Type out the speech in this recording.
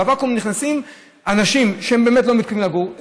ובוואקום נכנסים אנשים שבאמת לא מתכוונים לגור,